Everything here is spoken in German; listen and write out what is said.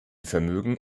vermögen